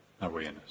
awareness